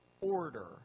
order